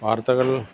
വാർത്തകൾ